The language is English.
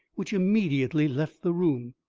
which immediately left the room.